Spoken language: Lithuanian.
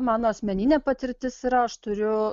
mano asmeninė patirtis yra aš turiu